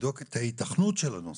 לבדוק את ההיתכנות של הנושא,